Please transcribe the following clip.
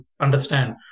understand